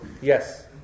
Yes